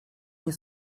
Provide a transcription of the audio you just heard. nie